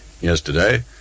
yesterday